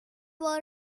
were